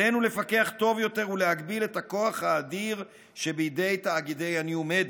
עלינו לפקח טוב יותר ולהגביל את הכוח האדיר שבידי תאגידי הניו מדיה.